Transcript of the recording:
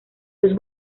los